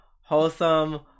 wholesome